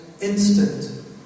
instant